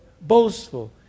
boastful